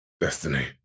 Destiny